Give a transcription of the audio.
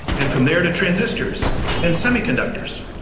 and from there to transistors and semiconductors.